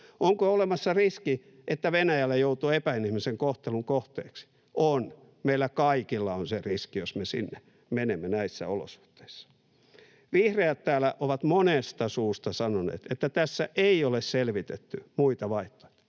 Onko olemassa riski, että Venäjällä joutuu epäinhimillisen kohtelun kohteeksi? On, meillä kaikilla on se riski, jos me sinne menemme näissä olosuhteissa. Vihreät täällä ovat monesta suusta sanoneet, että tässä ei ole selvitetty muita vaihtoehtoja.